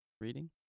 reading